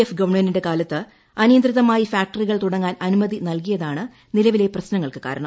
F ഗവൺമെന്റിന്റെ കാലത്ത് അനിയന്ത്രിതമായി ഫാക്ടറികൾ തുടങ്ങാൻ അനുമതി നൽകിയതാണ് നിലവിലെ പ്രശ്നങ്ങൾക്ക് കാരണം